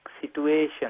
situation